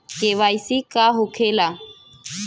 KYC का होखेला?